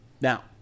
Now